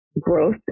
growth